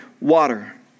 water